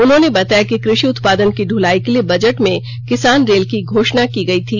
उन्होंने बताया कि कृषि उत्पादन की दुलाई के लिए बजट में किसान रेल की घोषणा की गई थी